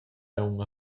aunc